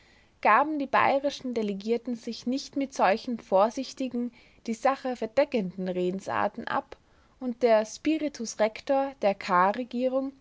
gaben die bayerischen delegierten sich nicht mit solchen vorsichtigen die sache verdeckenden redensarten ab und der spiritus rector der